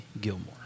Gilmore